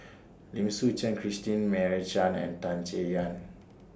Lim Suchen Christine Meira Chand and Tan Chay Yan